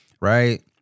right